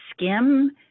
skim